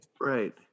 Right